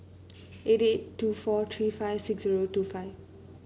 eight eight two four three five six zero two five